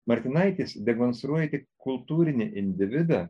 martinaitis demonstruoja kultūrinį individą